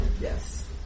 Yes